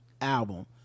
album